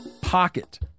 pocket